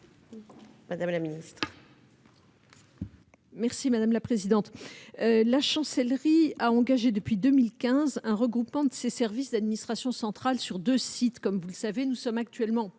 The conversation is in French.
madame la ministre,